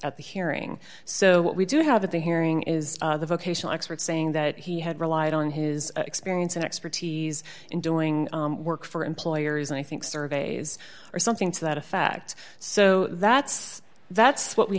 at the hearing so what we do have that the hearing is the vocational expert saying that he had relied on his experience and expertise in doing work for employers and i think surveys or something to that effect so that's that's what we